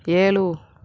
ஏழு